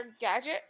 Gadget